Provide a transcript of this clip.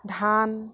ধান